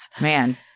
Man